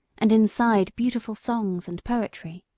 and inside beautiful songs and poetry.